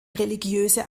religiöse